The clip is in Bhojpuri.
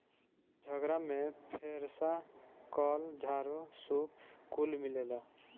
झगड़ा में फेरसा, कल, झाड़ू, सूप कुल मिलेला